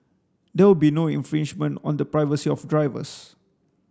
there will be no infringement on the privacy of drivers